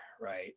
Right